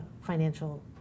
financial